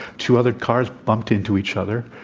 two other cars bumped into each other.